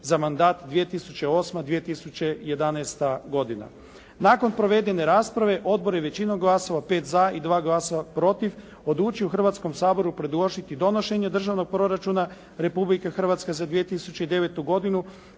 za mandata 2008., 2011. godina. Nakon provedene rasprave odbor je većinom glasova 5 za i 2 glasa protiv, odlučio Hrvatskom saboru predložiti donošenje Državnog proračuna Republike Hrvatske za 2009. godinu,